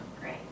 Great